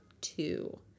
two